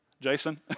Jason